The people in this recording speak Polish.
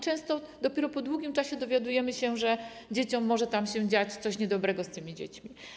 Często dopiero po długim czasie dowiadujemy się, że może tam się dziać coś niedobrego z dziećmi.